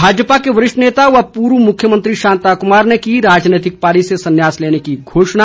भाजपा के वरिष्ठ नेता व पूर्व मुख्यमंत्री शांता कुमार ने की राजनीतिक पारी से सन्यास लेने की घोषणा